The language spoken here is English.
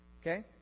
Okay